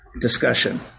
Discussion